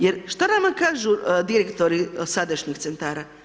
Jer što nama kažu direktori sadašnjih centara?